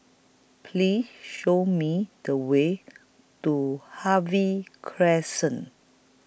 Please Show Me The Way to Harvey Crescent